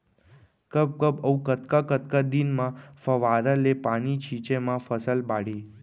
कब कब अऊ कतका कतका दिन म फव्वारा ले पानी छिंचे म फसल बाड़ही?